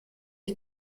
ich